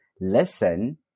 listen